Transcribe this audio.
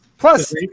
Plus